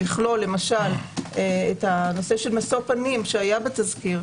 לכלול למשל את הנושא של משוא פנים שהיה בתזכיר